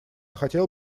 хотел